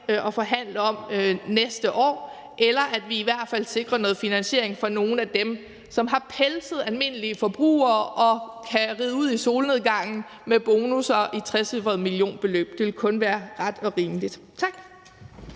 at forhandle om næste år, eller at vi i hvert fald sikrer noget finansiering fra nogle af dem, som har pelset almindelige forbrugere og kan ride ud i solnedgangen med bonusser på trecifrede millionbeløb. Det ville kun være ret og rimeligt. Tak.